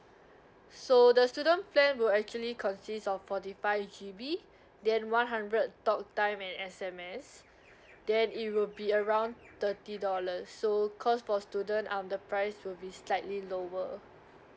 so the student plan will actually consists of forty five G_B then one hundred talk time and S_M_S then it will be around thirty dollars so cause for student um the price will be slightly lower